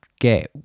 get